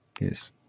yes